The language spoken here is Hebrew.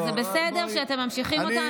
אבל זה בסדר שאתם ממשיכים אותו,